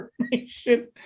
information